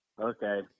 Okay